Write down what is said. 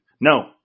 No